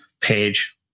page